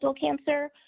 cancer